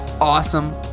awesome